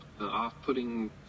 off-putting